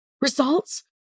Results